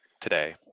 today